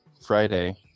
Friday